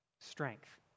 strength